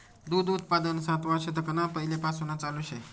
दूध उत्पादन सातवा शतकना पैलेपासून चालू शे